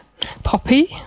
Poppy